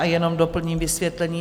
A jenom doplním vysvětlení.